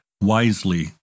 wisely